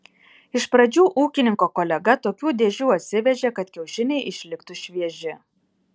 iš pradžių ūkininko kolega tokių dėžių atsivežė kad kiaušiniai išliktų švieži